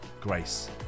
grace